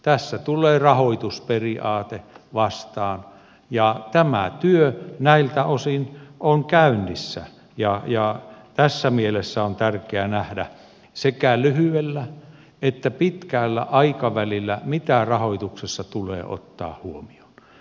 tässä tulee rahoitusperiaate vastaan ja tämä työ näiltä osin on käynnissä ja tässä mielessä on tärkeä nähdä sekä lyhyellä että pitkällä aikavälillä mitä rahoituksessa tulee ottaa huomioon